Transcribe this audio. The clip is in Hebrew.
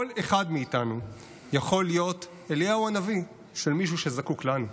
כל אחד מאיתנו יכול להיות אליהו הנביא של מישהו שזקוק לנו.